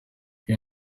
iyi